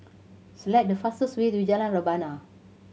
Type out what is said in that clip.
select the fastest way to Jalan Rebana